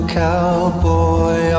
cowboy